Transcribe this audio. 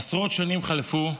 עשרות שנים חלפו,